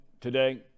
today